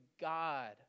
God